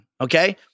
Okay